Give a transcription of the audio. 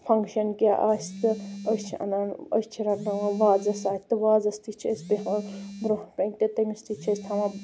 function کیٚنٛہہ آسہِ تہٕ أسۍ چھِ انان أسۍ چھِ رَنناوان وازَس اَتھ تہٕ وازس تہِ چھِ أسۍ بیٚہوان برونٛہہ کَنہِ تہٕ تٔمِس تہِ چھِ أسۍ تھوان